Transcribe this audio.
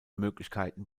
möglichkeiten